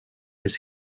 just